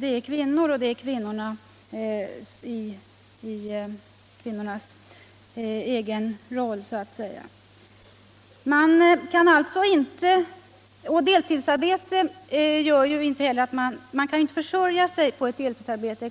Det går ut över kvinnorna i deras roll som kvinnor så att säga. Det går inte att försörja sig på ctt deltidsarbete,